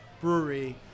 brewery